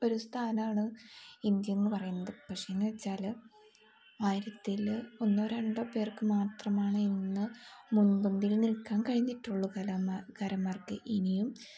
ഒരു സ്ഥാനമാണ് ഇന്ത്യയെന്നു പറയുന്നത് പക്ഷെയെന്നു വെച്ചാൽ ആയിരത്തിൽ ഒന്നോ രണ്ടോ പേർക്ക് മാത്രമാണ് ഇന്ന് മുൻപന്തിയിൽ നിൽക്കാൻ കഴിഞ്ഞിട്ടുള്ളൂ കലാകാരന്മാർക്ക് ഇനിയും